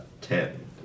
ten